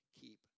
Keep